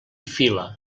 fila